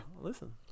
listen